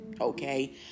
Okay